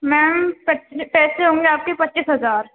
میم پیسے ہوں گے آپ کے پچیس ہزار